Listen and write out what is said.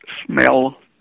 Smell